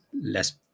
less